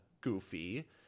goofy